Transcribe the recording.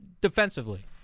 Defensively